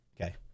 okay